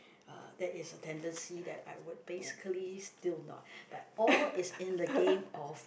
that is tendency that I would basically still not but all is in the games of